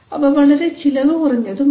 അവ വളരെ ചിലവു കുറഞ്ഞതും ആണ്